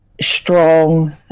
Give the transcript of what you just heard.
strong